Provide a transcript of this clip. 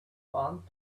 plant